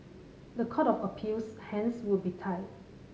the Court of Appeal's hands would be tied